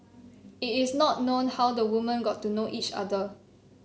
it is not known how the women got to know each other